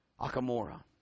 Akamora